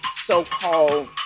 so-called